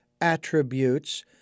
attributes